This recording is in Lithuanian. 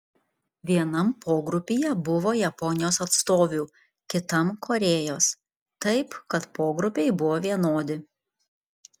vienam pogrupyje buvo japonijos atstovių kitam korėjos taip kad pogrupiai buvo vienodi